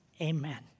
amen